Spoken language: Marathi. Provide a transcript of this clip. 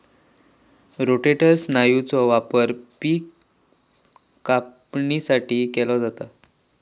रोटेटर स्नायूचो वापर पिक कापणीसाठी केलो जाता